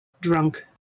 drunk